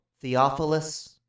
Theophilus